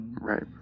Right